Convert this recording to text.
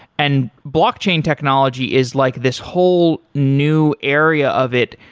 and blockchain technology is like this whole new area of it.